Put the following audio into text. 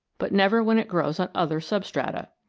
but never when it grows on other substrata.